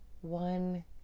one